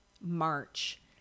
March